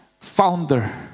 founder